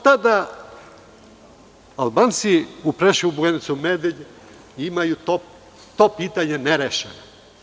Otada Albanci u Preševu, Bujanovcu, Medveđi imaju to pitanje nerešeno.